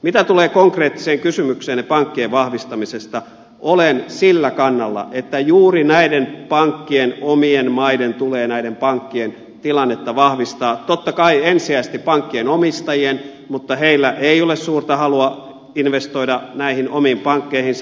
mitä tulee konkreettiseen kysymykseenne pankkien vahvistamisesta olen sillä kannalla että juuri näiden pankkien omien maiden tulee näiden pankkien tilannetta vahvistaa totta kai ensisijaisesti pankkien omistajien mutta heillä ei ole suurta halua investoida näihin omiin pankkeihinsa